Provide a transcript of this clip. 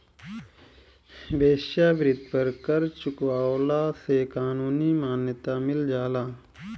वेश्यावृत्ति पर कर चुकवला से कानूनी मान्यता मिल जाला